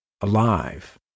alive